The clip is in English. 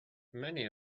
many